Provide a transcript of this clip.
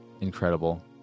incredible